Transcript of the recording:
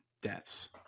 deaths